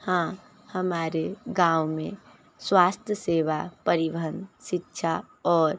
हाँ हमारे गांव में स्वास्थ्य सेवा परिवहन शिक्षा और